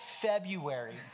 February